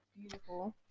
Beautiful